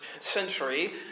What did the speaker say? century